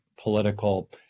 political